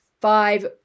five